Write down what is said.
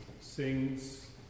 sings